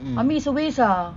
I mean it's a waste ah